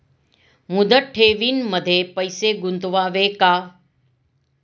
मुदत ठेवींमध्ये पैसे गुंतवावे का?